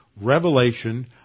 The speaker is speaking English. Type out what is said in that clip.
revelation